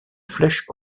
flèche